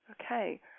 okay